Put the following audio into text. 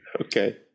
Okay